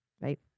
right